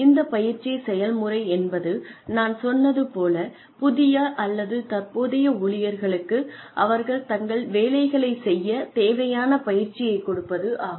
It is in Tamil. இந்த பயிற்சி செயல்முறை என்பது நான் சொன்னது போல புதிய அல்லது தற்போதைய ஊழியர்களுக்கு அவர்கள் தங்கள் வேலைகளை செய்யத் தேவையான பயிற்சியைக் கொடுப்பது ஆகும்